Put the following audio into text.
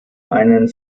einen